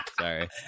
Sorry